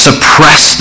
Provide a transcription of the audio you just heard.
Suppress